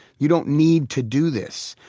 you don't need to do this.